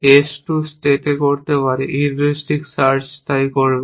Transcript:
S 2 স্টেটে করতে পারি হিউরিস্টিক সার্চ তাই করবে